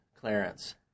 Clarence